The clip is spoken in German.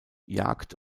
jagd